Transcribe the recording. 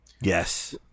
Yes